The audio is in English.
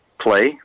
play